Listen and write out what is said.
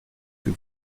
que